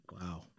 Wow